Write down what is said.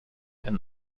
and